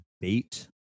bait